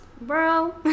Bro